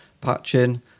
patching